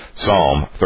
Psalm